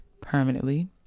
permanently